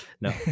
No